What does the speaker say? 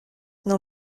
nur